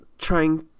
trying